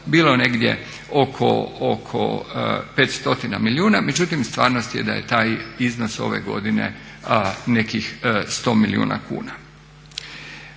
bilo negdje oko 500 milijuna, međutim stvarnost je da je taj iznos ove godine nekih 100 milijuna kuna.